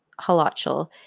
Halachal